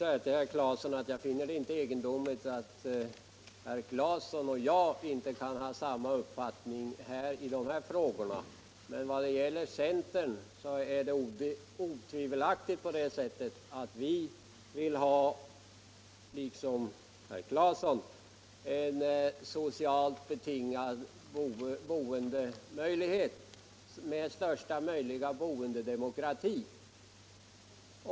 Fru talman! Jag finner det inte egendomligt att herr Claeson och jag inte har samma uppfattning i dessa frågor. Däremot är det alldeles klart att vi i centern, liksom herr Claeson, ser bostaden som en social rättighet och vill ha största möjliga boendedemokrati.